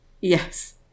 yes